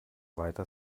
weiter